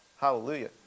Hallelujah